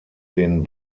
den